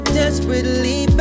desperately